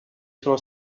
sono